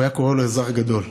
הוא היה קורא לו אזרח גדול,